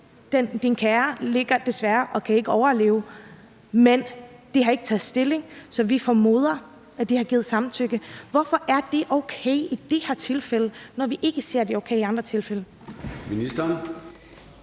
Din kære ligger her og vil desværre ikke overleve, men harikke taget stilling, så vi formoder, at der er givet samtykke. Hvorfor er det okay i det her tilfælde, når vi siger, at det ikke er okay i andre tilfælde? Kl.